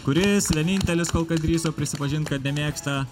kuris vienintelis kol kas drįso prisipažint kad nemėgsta